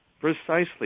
Precisely